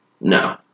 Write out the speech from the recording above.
no